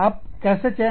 आप कैसे चयन करते हैं